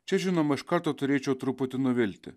čia žinoma iš karto turėčiau truputį nuvilti